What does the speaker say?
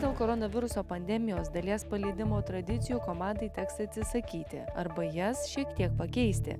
dėl koronaviruso pandemijos dalies paleidimo tradicijų komandai teks atsisakyti arba jas šiek tiek pakeisti